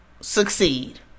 succeed